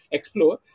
Explore